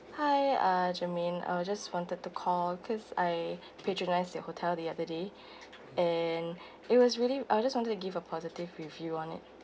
hi uh germaine I was just wanted to call cause I patronize your hotel the other day and it was really I was just wanted to give a positive review on it